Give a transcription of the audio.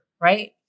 right